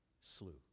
slew